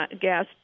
gas